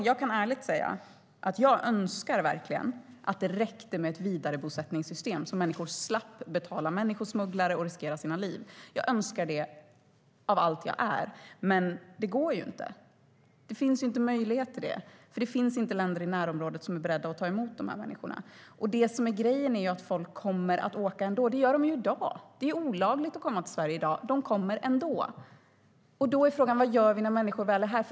Jag kan ärligt säga att jag verkligen önskar att det räckte med ett vidarebosättningssystem, så att människor slapp betala människosmugglare och riskera sina liv. Jag önskar det av allt jag är. Men det går ju inte. Det finns inte möjlighet till det, för det finns inte länder i närområdet som är beredda att ta emot de här människorna. Och folk kommer att åka ändå. Det gör de ju i dag. Det är olagligt att komma till Sverige i dag, men de kommer ändå. Då är frågan: Vad gör vi när människor väl är här?